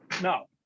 no